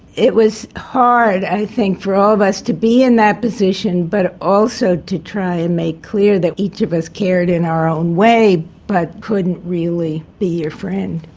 it was hard, i think, for all of us to be in that position, but also to try and make clear that each of us cared in our own way but couldn't really be your friend.